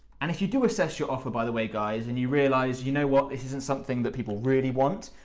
and if you do assess your offer, by the way, guys, and you realise, you know what? this is and something that people really want,